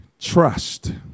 trust